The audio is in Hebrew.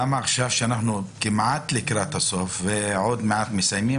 למה עכשיו כשאנחנו כמעט לקראת הסוף ועוד מעט מסיימים,